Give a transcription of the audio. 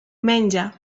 menja